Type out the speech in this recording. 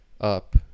up